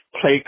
play